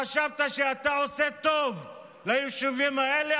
חשבת שאתה עושה טוב ליישובים האלה,